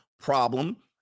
problem